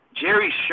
Jerry